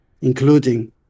including